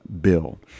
bill